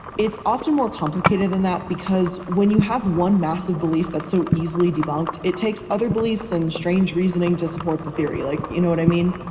it's often more complicated than that because when you have one massive belief that's so easily debunked, it takes other beliefs and strange reasoning to support the theory. like, you know what i mean?